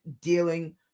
dealing